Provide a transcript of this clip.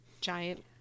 giant